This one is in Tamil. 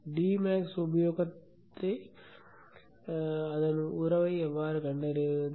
d max உபயோகத்தை உறவை எவ்வாறு கண்டறிவது